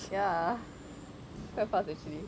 ya it's quite fast actually